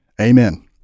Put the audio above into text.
Amen